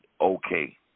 okay